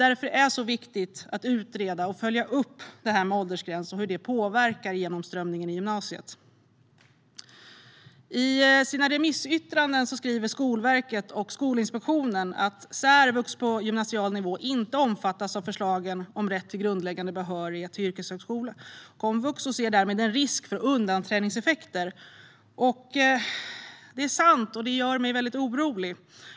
Därför är det viktigt att utreda och följa upp hur det här med åldersgräns påverkar genomströmningen i gymnasiet. I sina remissyttranden skriver Skolverket och Skolinspektionen att särvux på gymnasial nivå inte omfattas av förslaget om rätt till grundläggande behörighet till yrkeshögskolan och komvux och de ser därmed en risk för undanträngningseffekter. Det är sant, och det gör mig väldigt orolig.